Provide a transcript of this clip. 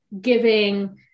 giving